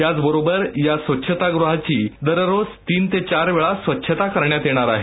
त्याचबरोबर या स्वच्छतागृहाची दररोज तीन ते चार वेळा स्वच्छता करण्यात येणार आहे